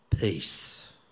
Peace